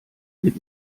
mit